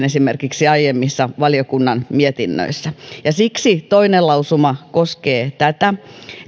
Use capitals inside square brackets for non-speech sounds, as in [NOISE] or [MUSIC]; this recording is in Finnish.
[UNINTELLIGIBLE] esimerkiksi aiemmissa valiokunnan mietinnöissä siksi toinen lausuma koskee tätä